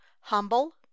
humble